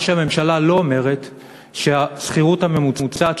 מה שהממשלה לא אומרת הוא שהשכירות הממוצעת